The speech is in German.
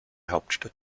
hauptstadt